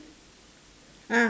ah